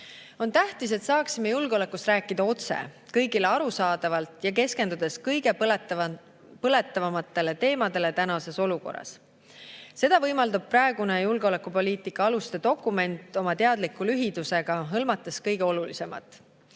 On tähtis, et saaksime julgeolekust rääkida otse, kõigile arusaadavalt ja keskendudes kõige põletavamatele teemadele tänases olukorras. Seda võimaldab praegune julgeolekupoliitika aluste dokument oma teadliku lühidusega, hõlmates kõige olulisemat.